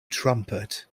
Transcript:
trumpet